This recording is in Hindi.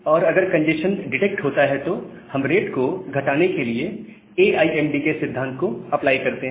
और अगर कंजेस्शन डिटेक्ट होता है तो हम रेट को घटाने के लिए ए आई एम डी के सिद्धांत को अप्लाई करते हैं